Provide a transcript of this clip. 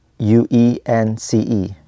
U-E-N-C-E